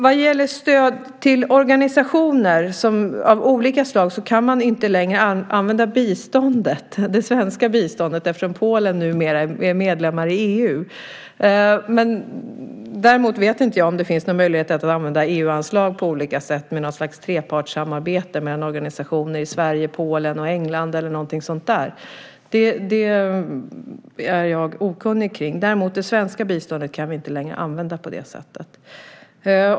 Vad gäller stöd till organisationer av olika slag kan man inte längre använda det svenska biståndet eftersom Polen numera är medlem i EU. Däremot vet jag inte om det finns möjlighet att använda EU-anslag på olika sätt, i något slags trepartssamarbete mellan organisationer i Sverige, Polen och England eller någonting sådant. Detta är jag okunnig kring. Det svenska biståndet kan vi däremot inte längre använda på det sättet.